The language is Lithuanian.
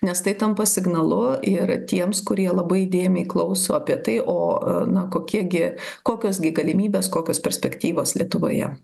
nes tai tampa signalu ir tiems kurie labai įdėmiai klauso apie tai o na kokie gi kokios gi galimybės kokios perspektyvos lietuvoje